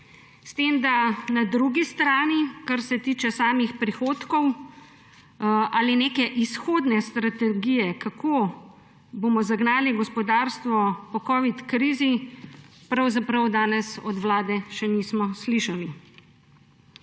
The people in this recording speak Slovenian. S tem da na drugi strani kar se tiče samih prihodkov ali neke izhodne strategije, kako bomo zagnali gospodarstvo po covid krizi, pravzaprav danes od Vlade še nismo slišali.